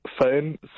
phone